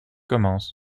commence